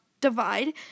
divide